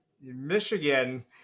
Michigan